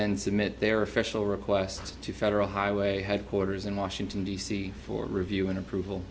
then submit their official request to federal highway headquarters in washington d c for review and approval